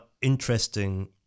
interesting